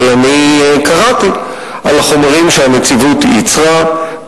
אבל אני קראתי על החומרים שהנציבות ייצרה,